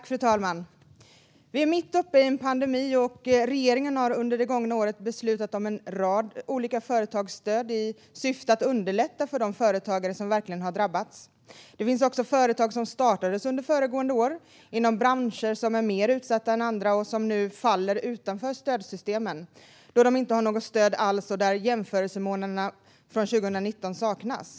Fru talman! Vi är mitt uppe i en pandemi, och regeringen har under det gångna året beslutat om en rad olika företagsstöd i syfte att underlätta för de företagare som verkligen har drabbats. Det finns också företag som startades under föregående år inom branscher som är mer utsatta än andra och som nu faller utanför stödsystemen då de inte har något stöd alls och där jämförelsemånaderna från 2019 saknas.